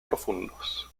profundos